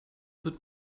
wird